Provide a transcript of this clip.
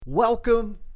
Welcome